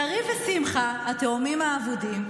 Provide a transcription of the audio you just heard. יריב ושמחה התאומים האבודים,